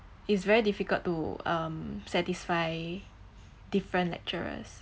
it's very difficult to um satisfy different lecturers